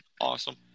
awesome